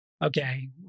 okay